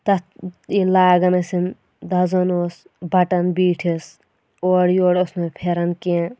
تَتھ ییٚلہِ لاگَان ٲسِن دَزَان اوس بَٹَن بیٖٹھِس اورٕ یور اوس نہٕ پھیٚرَن کینٛہہ